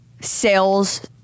Sales